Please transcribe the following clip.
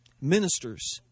Ministers